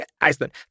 Iceland